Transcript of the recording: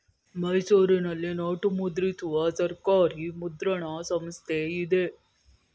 ಮೈಸೂರಿನಲ್ಲಿ ನೋಟು ಮುದ್ರಿಸುವ ಸರ್ಕಾರಿ ಮುದ್ರಣ ಸಂಸ್ಥೆ ಇದೆ